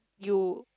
you